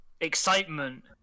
Excitement